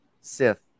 Sith